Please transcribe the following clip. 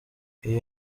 iyo